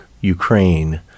Ukraine